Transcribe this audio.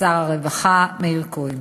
שר הרווחה מאיר כהן: